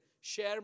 share